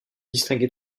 distinguer